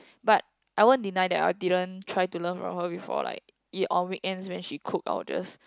but I won't deny that I didn't try to learn from her before like it on weekends when she cook I will just